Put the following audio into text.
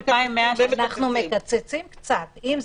זה סעיף שמתייחס לאותה